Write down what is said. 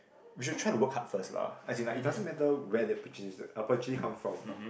we should try to work hard first lah as in like it doesn't matter where the opportunity come from